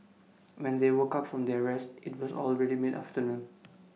when they woke up from their rest IT was already mid afternoon